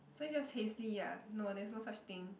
so just hasty ya no there's no such thing